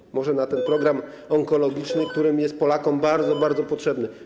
Może na ten program onkologiczny, który jest Polakom bardzo, bardzo potrzebny.